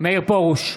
מאיר פרוש,